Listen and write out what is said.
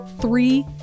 Three